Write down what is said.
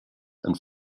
and